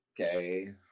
Okay